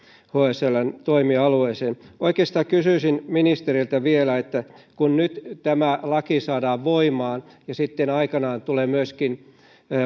hsln toimialueeseen oikeastaan kysyisin ministeriltä vielä kun nyt tämä laki saadaan voimaan ja sitten aikanaan tulee myöskin